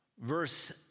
verse